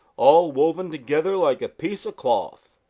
all woven together like a piece of cloth.